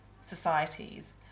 societies